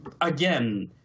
again